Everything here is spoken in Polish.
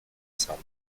samo